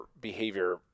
behavior